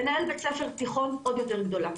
לנהל בית ספר תיכון עוד יותר גדולה.